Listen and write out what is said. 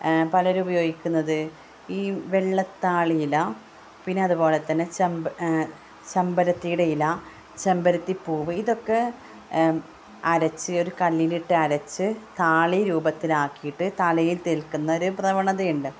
പലരും ഉപയോഗിക്കുന്നത് ഈ വെള്ളത്താളിയില പിന്നെ അതുപോലെ തന്നെ ചെമ്പരത്തിയുടെ ഇല ചെമ്പരത്തിപ്പൂവ് ഇതൊക്കെ അരച്ച് ഒരു കല്ലിലിട്ട് അരച്ച് താളി രൂപത്തിലാക്കിയിട്ട് തലയിൽ തേക്കുന്നൊരു പ്രവണതയുണ്ട്